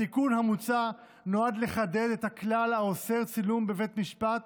התיקון המוצע נועד לחדד את הכלל האוסר צילום בבית משפט